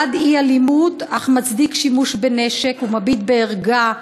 בעד אי-אלימות, אך מצדיק שימוש בנשק ומביט בערגה